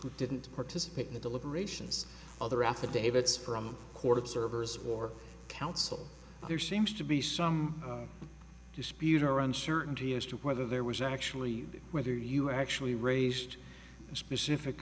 who didn't participate in the deliberations other affidavits from court servers or counsel there seems to be some dispute or uncertainty as to whether there was actually whether you actually raised a specific